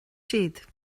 siad